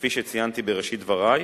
כפי שציינתי בראשית דברי,